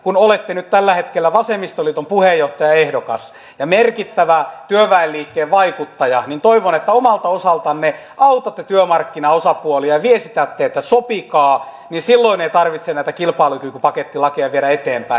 kun olette nyt tällä hetkellä vasemmistoliiton puheenjohtajaehdokas ja merkittävä työväenliikkeen vaikuttaja niin toivon että omalta osaltanne autatte työmarkkinaosapuolia ja viestitätte että sopikaa niin silloin ei tarvitse näitä kilpailukykypakettilakeja viedä eteenpäin